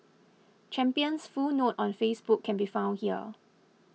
champion's full note on Facebook can be found here